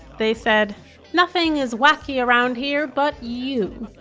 they said nothing is wacky around here but you!